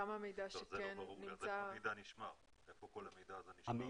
זה לא ברור לי, אז איפה כל המידע הזה נשמר?